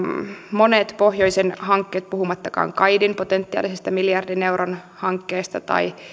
monet pohjoisen hankkeet puhumattakaan kaidin potentiaalisesta miljardin euron hankkeesta tai